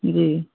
जी